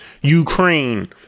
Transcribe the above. Ukraine